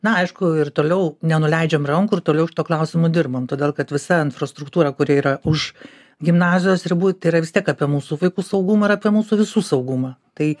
na aišku ir toliau nenuleidžiam rankų ir toliau šituo klausimu dirbam todėl kad visa infrastruktūra kuri yra už gimnazijos ribų tai yra vis tiek apie mūsų vaikų saugumą ir apie mūsų visų saugumą tai